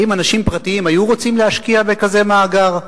האם אנשים פרטיים היו רוצים להשקיע בכזה מאגר?